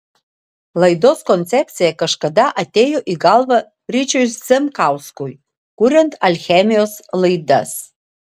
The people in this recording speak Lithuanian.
laidos koncepcija kažkada atėjo į galvą ryčiui zemkauskui kuriant alchemijos laidas